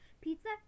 pizza